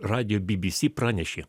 radiją bbc pranešė